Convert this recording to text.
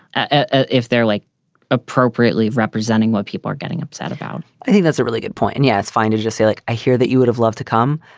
ah if they're like appropriately representing what people are getting upset about i think that's a really good point. and yes, find it just like i hear that you would have loved to come.